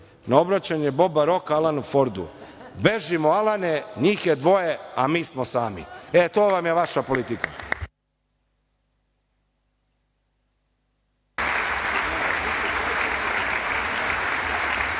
izbori, Boba Roka Alanu Fordu – bežimo, Alane, njih je dvoje, a mi smo sami. To vam je vaša politika.